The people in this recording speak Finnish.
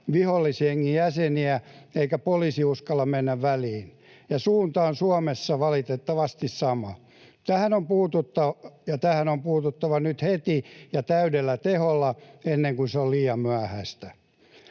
vihollisjengin jäseniä, eikä poliisi uskalla mennä väliin. Suunta on Suomessa valitettavasti sama. Tähän on puututtava, ja tähän on puututtava nyt heti ja täydellä teholla, ennen kuin se on liian myöhäistä.